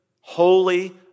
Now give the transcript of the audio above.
holy